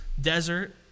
desert